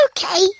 Okay